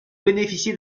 bénéficiez